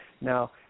Now